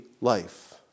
life